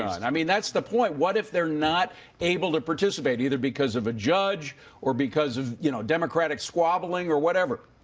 and i mean that's the point what if they're not able to participate either because of a judge or because you know democratic squabbling or whatever.